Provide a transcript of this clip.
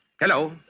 Hello